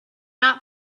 not